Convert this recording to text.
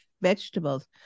vegetables